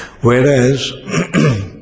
Whereas